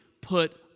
put